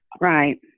Right